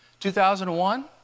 2001